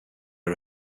are